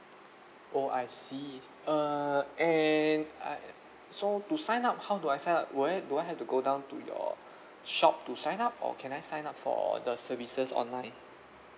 oh I see uh and I so to sign up how do I sign up will I do I have to go down to your shop to sign up or can I sign up for the services online